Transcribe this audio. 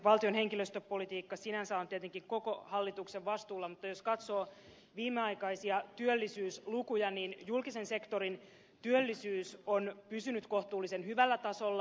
valtion henkilöstöpolitiikka sinänsä on tietenkin koko hallituksen vastuulla mutta jos katsoo viimeaikaisia työllisyyslukuja niin julkisen sektorin työllisyys on pysynyt kohtuullisen hyvällä tasolla